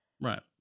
right